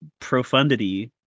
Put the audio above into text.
profundity